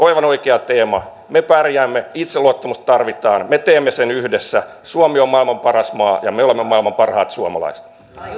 aivan oikea teema me pärjäämme itseluottamusta tarvitaan me teemme sen yhdessä suomi on maailman paras maa ja me olemme maailman parhaat suomalaiset